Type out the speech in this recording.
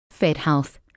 FedHealth